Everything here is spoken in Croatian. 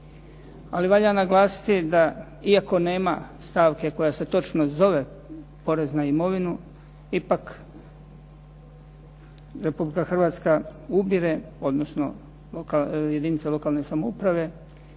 ali valja naglasiti da iako nema stavke koja se točno zove porez na imovinu ipak Republika Hrvatska ubire odnosno jedinice lokalne samouprave